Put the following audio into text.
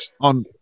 on